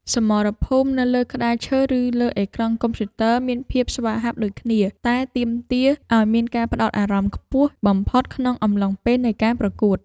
សមរភូមិនៅលើក្តារឈើឬលើអេក្រង់កុំព្យូទ័រមានភាពស្វាហាប់ដូចគ្នាដែលទាមទារឱ្យមានការផ្ដោតអារម្មណ៍ខ្ពស់បំផុតក្នុងអំឡុងពេលនៃការប្រកួត។